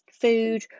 food